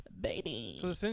baby